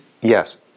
Yes